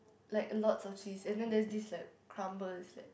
like a lot of cheese and then there this like crumble is like